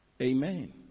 amen